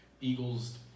Eagles